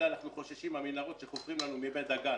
אלא אנחנו חוששים מהמנהרות שחופרים לנו מבית דגן.